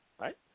right